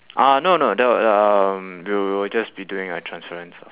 uh no no there'll um we will just be doing a transference of